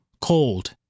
Cold